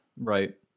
Right